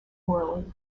orally